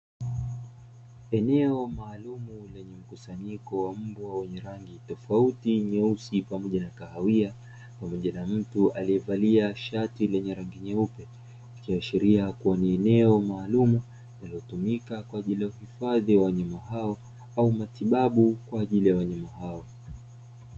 Eneo maalumu lenye mkusanyiko wa mbwa wenye rangi ya tofauti nyeusi pamoja na kahawia pamoja na mtu aliyevalia shati lenye rangi nyeupe, ikiashiria kuwa ni eneo maalumu linalotumika kwa ajili ya uhifadhi wa wanyama hao au matibabu kwa ajili ya wanyama hao.